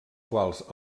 quals